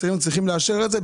אם מצליחים לאשר את זה,